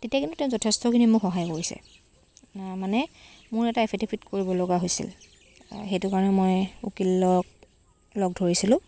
তেতিয়া কিন্তু তেওঁ যথেষ্টখিনি মোক সহায় কৰিছে মানে মোৰ এটা এফিডেভিট কৰিব লগা হৈছিল সেইটো কাৰণে মই উকিলক লগ ধৰিছিলোঁ